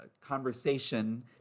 conversation